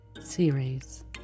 series